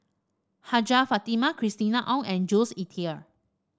Hajjah Fatimah Christina Ong and Jules Itier